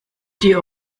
die